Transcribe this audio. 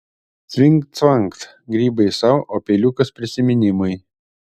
cvingt cvangt grybai sau o peiliukas prisiminimui